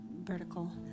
vertical